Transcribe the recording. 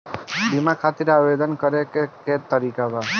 बीमा खातिर आवेदन करे के तरीका बताई?